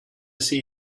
see